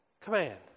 command